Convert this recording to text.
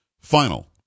final